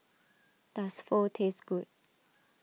does Pho taste good